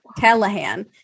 Callahan